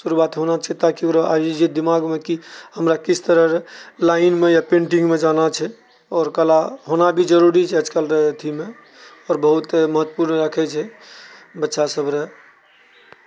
शुरुआत होना चाही ताकि ओकरा आबि जाइ दिमागमे कि हमरा किस तरह लाइनमऽ या पेंटिंगमऽ जाना छै आओर कला होना भी जरूरी छै आजकल अथीमे आओर बहुत महत्वपूर्ण राखैत छै बच्चासभ रऽ